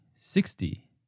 sixty